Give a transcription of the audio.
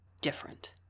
different